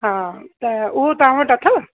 हा त उहो तव्हां वटि अथव